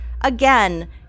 again